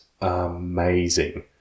amazing